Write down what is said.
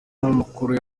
mukuru